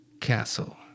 castle